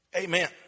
Amen